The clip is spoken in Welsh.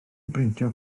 brintio